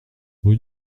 rue